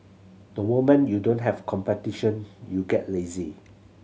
the moment you don't have competition you get lazy